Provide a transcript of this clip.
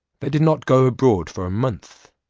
they did not go abroad for a month,